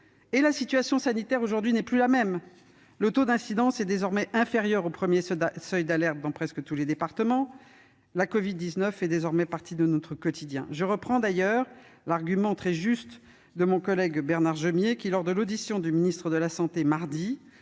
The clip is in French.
La situation sanitaire n'est aujourd'hui plus la même : le taux d'incidence est désormais inférieur au premier seuil d'alerte dans presque tous les départements, et la covid-19 fait partie de notre quotidien. Je reprends d'ailleurs l'argument très juste de mon collègue Bernard Jomier. Lors de l'audition du ministre de la santé,